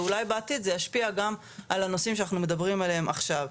ואולי בעתיד זה ישפיע גם על הנושאים שאנחנו מדברים עליהם עכשיו.